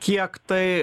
kiek tai